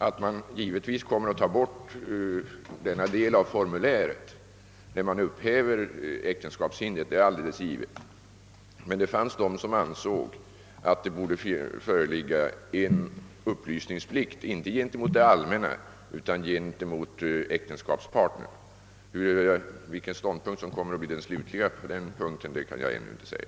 Att man kommer att ta bort denna del av formuläret när man upphäver äktenskapshindret är givet, men det fanns de som ansåg att det borde föreligga upplysningsplikt inte gentemot det allmänna utan gentemot äktenskapspartnern. Vilken ståndpunkt som kommer att bli den slutgiltiga kan jag ännu inte säga.